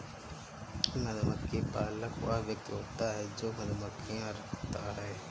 मधुमक्खी पालक वह व्यक्ति होता है जो मधुमक्खियां रखता है